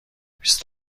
بیست